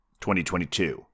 2022